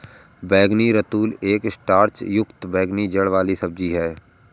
बैंगनी रतालू एक स्टार्च युक्त बैंगनी जड़ वाली सब्जी है